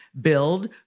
Build